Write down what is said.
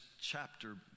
chapter